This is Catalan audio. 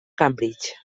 cambridge